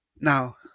Now